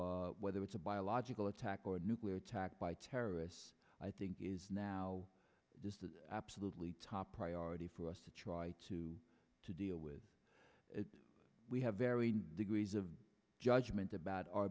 whether it's a biological attack or a nuclear attack by terrorists i think is now just the absolutely top priority for us to try to to deal with it we have varying degrees of judgment